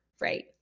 right